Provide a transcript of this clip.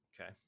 Okay